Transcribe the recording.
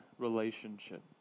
relationship